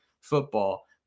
football